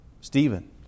Stephen